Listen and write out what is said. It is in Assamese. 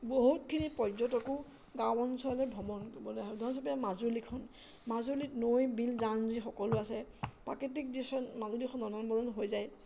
বহুতখিনি পৰ্যটকো গাঁও অঞ্চললৈ ভ্ৰমণ কৰিবলৈ আহে উদাহৰণস্বৰূপে মাজুলীখন মাজুলীত নৈ বিল জান জুৰি সকলো আছে প্ৰাকৃতিক দৃশ্যৰে মাজুলীখন নদন বদন হৈ যায়